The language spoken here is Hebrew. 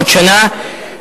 עוד שנה,